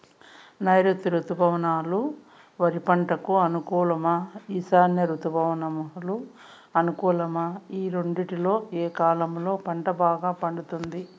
నైరుతి రుతుపవనాలు వరి పంటకు అనుకూలమా ఈశాన్య రుతుపవన అనుకూలమా ఈ రెండింటిలో ఏ కాలంలో పంట బాగా పండుతుంది?